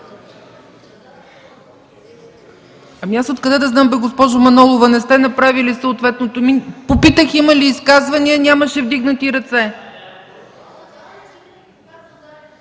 Аз откъде да знам, госпожо Манолова – не сте направили съответното. Попитах „има ли изказвания”, нямаше вдигнати ръце.